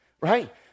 right